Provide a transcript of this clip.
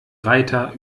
reiter